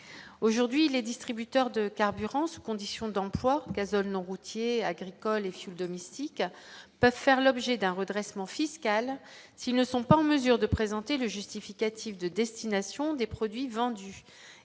aujourd'hui les distributeurs de carburant sous condition d'emploi gazole non routier agricole et fioul domestique peuvent faire l'objet d'un redressement fiscal s'ils ne sont pas en mesure de présenter le justificatif de destination des produits vendus